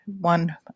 one